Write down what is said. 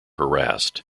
harassed